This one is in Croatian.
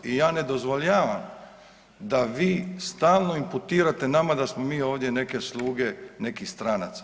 I ja ne dozvoljavam da vi stalno imputirate nama da smo mi ovdje neke sluge nekih stranaca.